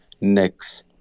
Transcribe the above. next